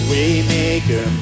Waymaker